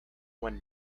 when